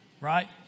right